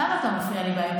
למה אתה מפריע לי באמצע?